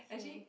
okay